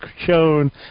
shown